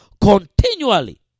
continually